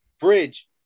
bridge